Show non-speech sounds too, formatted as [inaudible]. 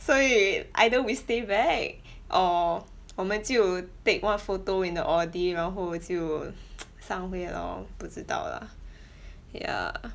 所以 either we stay back [breath] or [noise] 我们就 take one photo in the audi 然后就 [breath] [noise] 散会 lor 不知道啦 [breath] ya